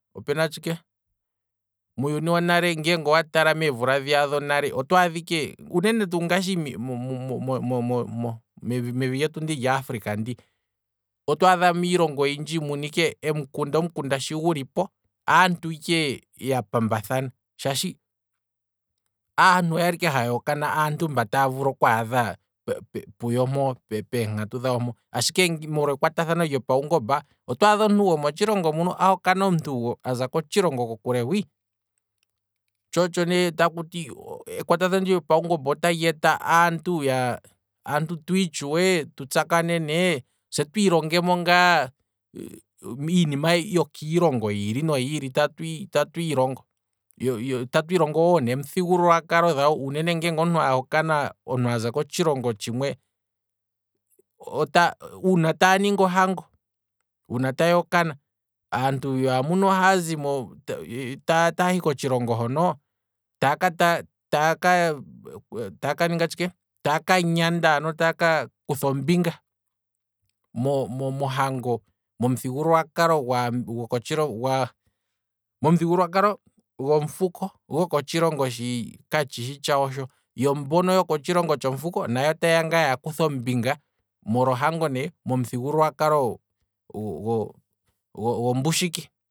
Opena tshike, muuyuni wonale nge owa tala muuyuni wonale mo- mo- mevi lyetu ndi lyaafrica ndi, otwaadha miilongo oyindji muna ike omikunda. omikunda shii ke dhilipo, aantu ike ya pambathana, shaashi aantu okwali ike haya vulu oku hokana aantu mba taya vulu okwaadha pu- pu- puyo mpoo peenkatu dhawo mpo, ashike molwa ekwatathano lyopaungomba, otwaadha omuntu gomotshilongo muno a hokana omuntu aza kokule kotshilongo hwii, tsho otsho nee takuti, ekwatathano lyopaungomba otali eta aantu ya, aantu twiitshuwe, tu tsakane se twiilongemo ngaa iinima yo kiilongo yiili no yiili, tatu ilongo, tatu ilongo ngaa nomithigululwakalo dhawo uunene ngeenge omuntu ahokana omuntu aza kotshilongo tshimwe, uuna taa ningi ohango. uuna taya hokana, aantu yaamuno ohaya zimo taahi kotshilongo hono, taka, taa ka ninga tshike, taa kanyanda ano taa ka kutha ombinga, mohango momuthigululwakalo goko momu thigululwakalo gomufuko goko tshilongo hono katshishi tshawo sho, yo mbono yoko tshilongo tshomufuko ota yeya oku kutha ombinga kotshilongo momuthigululwa kalogombushiki